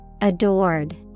Adored